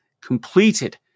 completed